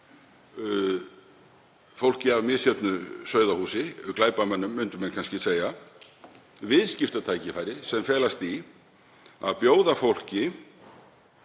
fólki af misjöfnu sauðahúsi, glæpamönnum myndu menn kannski segja, viðskiptatækifæri sem felast í að bjóða fólki